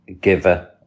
giver